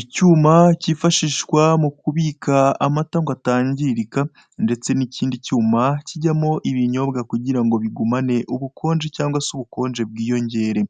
Icyuma kifashishwa mukubika amata ngo atangirika ndetse n'ikindi cyuma kijyamo ibinyobwa kugirango bigumane ubukonje cyangwa se ubukonje bw'iyonjyere.